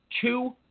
two